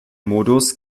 modus